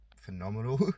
phenomenal